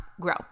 grow